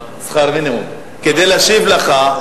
כדי להשיב לך,